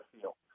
feel